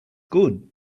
good